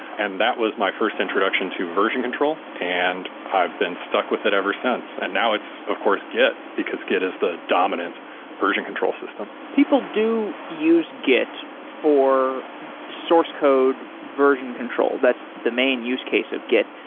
and that was my first introduction to version control, and i've been stuck with it ever since. and now it's of course git, because git is the dominant version control system people do use git for source code version control that's the main use case of git.